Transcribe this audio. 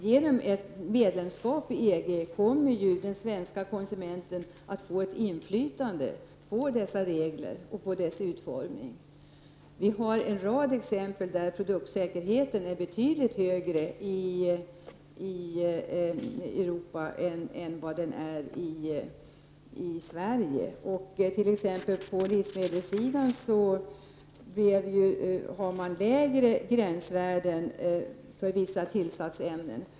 Genom ett medlemskap i EG kommer den svenske konsumenten att få ett inflytande över dessa reglers utformning. Det finns en rad områden där produktsäkerheten är betydligt högre i övriga Europa än den är i Sverige. På livsmedelssidan har man t.ex. lägre gränsvärden för vissa tillsatsämnen.